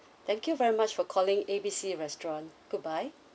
thank you very much for calling A B C restaurant goodbye